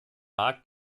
markt